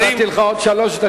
נתתי לך עוד שלוש דקות,